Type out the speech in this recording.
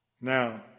Now